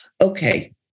Okay